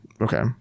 Okay